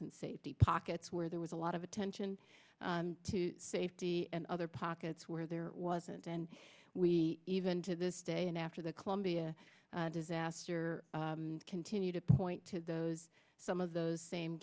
in safety pockets where there was a lot of attention to safety and other pockets where there wasn't and we even to this day and after the columbia disaster continue to point to those some of those same